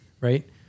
Right